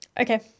Okay